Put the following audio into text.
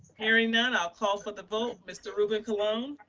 hearing none, i'll call for the vote, mr. ruben colon. um